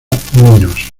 minos